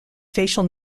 facial